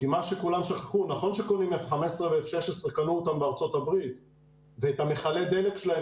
נכון שקנו F15 ו-F16 בארצות הברית ואת מכלי הדלק שלהם